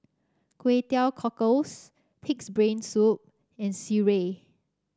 Kway Teow Cockles pig's brain soup and sireh